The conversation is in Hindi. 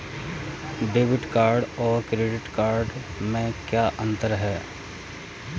डेबिट कार्ड और क्रेडिट कार्ड में क्या अंतर है?